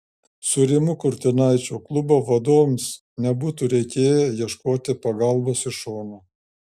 su rimu kurtinaičiu klubo vadovams nebūtų reikėję ieškoti pagalbos iš šono